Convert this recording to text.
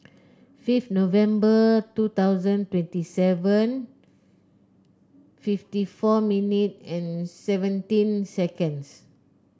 fifth November two thousand twenty seven fifty four minute and seventeen seconds